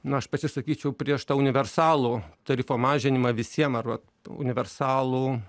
na aš pasisakyčiau prieš tą universalų tarifo mažinimą visiem ar vat universalų